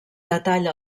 detalla